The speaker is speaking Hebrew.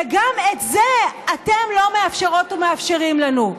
וגם את זה אתם לא מאפשרות ומאפשרים לנו.